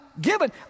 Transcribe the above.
given